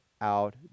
out